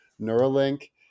Neuralink